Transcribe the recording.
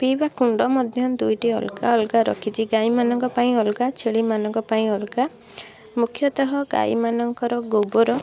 ପିଇବା କୁଣ୍ଡ ମଧ୍ୟ ଦୁଇଟି ଅଲଗା ଅଲଗା ରଖିଛି ଗାଈମାନଙ୍କ ପାଇଁ ଅଲଗା ଛେଳିମାନଙ୍କ ପାଇଁ ଅଲଗା ମୁଖ୍ୟତଃ ଗାଈମାନଙ୍କର ଗୋବର